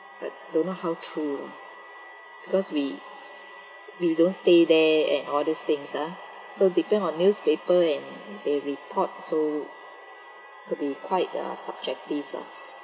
but don't know how true because we we don't stay there and all these things uh so depend on newspaper and they report so could be quite uh subjective ah